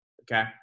Okay